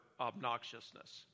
obnoxiousness